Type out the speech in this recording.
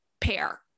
pair